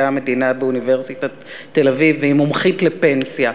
המדינה באוניברסיטת תל-אביב והיא מומחית לפנסיה,